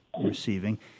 receiving